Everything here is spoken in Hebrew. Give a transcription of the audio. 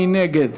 מי נגד?